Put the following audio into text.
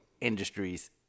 industries